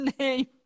name